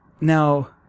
now